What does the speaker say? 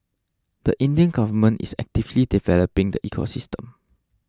the Indian government is actively developing the ecosystem